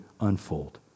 unfold